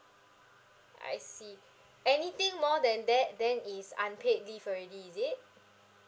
I see anything more than that then it's unpaid leave already is it